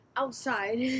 outside